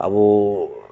ᱟᱵᱳ